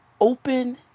open